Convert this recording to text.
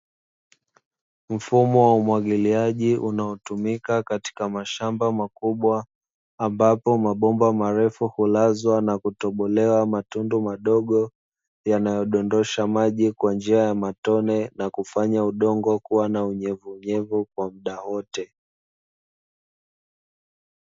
Mfumo wa umwagiliaji unaotumika katika mashamba makubwa, ambapo mabomba marefu hulazwa na kutobolewa matundu madogo yanayodondosha maji kwa njia ya matone. Na kufanya udongo kuwa na unyevuunyevu kwa muda wote.